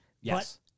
Yes